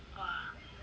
!wah!